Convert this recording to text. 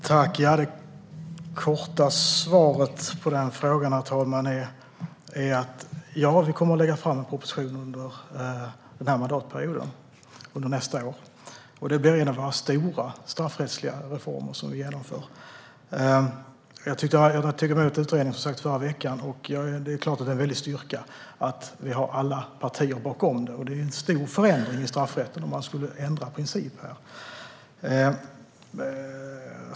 Herr talman! Det korta svaret på den frågan är: Ja, vi kommer att lägga fram en proposition under den här mandatperioden. Det kommer att ske nästa år. Det blir en av de stora straffrättsliga reformer som vi genomför. Jag tog som sagt emot utredningen förra veckan. Det är klart att det är en väldig styrka att vi har alla partier bakom detta. Det skulle innebära en stor förändring i straffrätten att ändra princip här.